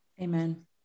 Amen